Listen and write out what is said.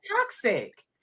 toxic